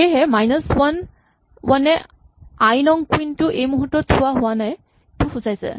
সেয়েহে minus one এ আই নং কুইন টো এই মূহুৰ্তত থোৱা হোৱা নাই টো সূচাইছে